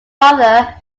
other